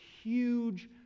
huge